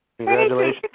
Congratulations